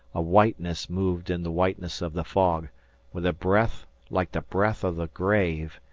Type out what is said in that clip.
a whiteness moved in the whiteness of the fog with a breath like the breath of the grave,